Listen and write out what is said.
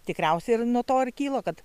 tikriausiai ir nuo to kylo kad